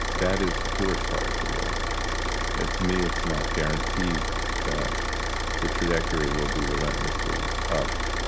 that is the poorest part of the world ah to me, it's not guaranteed that the trajectory will be relentlessly up.